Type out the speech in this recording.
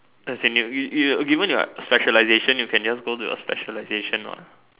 as if you you you given your specialization you can just go to your specialization what